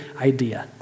idea